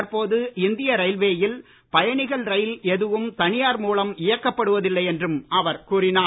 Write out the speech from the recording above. தற்போது இந்திய ரயில்வேயில் பயணிகள் ரயில் எதுவும் தனியார் மூலம் இயக்கப்படுவதில்லை என்றும் அவர் கூறினார்